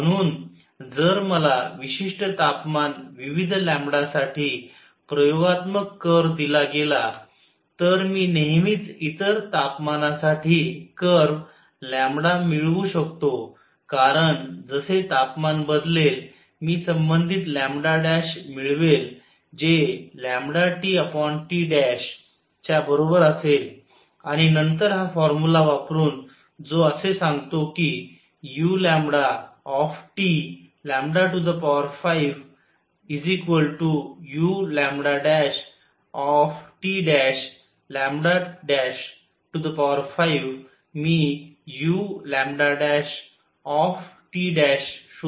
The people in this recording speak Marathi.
म्हणून जर मला विशिष्ट तापमान विविध साठी प्रयोगात्मक कर्व दिला गेला तर मी नेहमीच इतर तापमानासाठी कर्व मिळवू शकतो कारण जसे तापमान बदलेल मी संबंधित मिळवेल जे TTच्या बरोबर असेल आणि नंतर हा फॉर्मुला वापरून जो असे सांगतो की u 5 uT' 5 मी uλT' शोधू शकतो